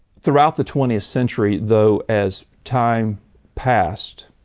throughout the twentieth century though as time passed,